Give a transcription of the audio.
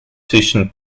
zwischen